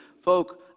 Folk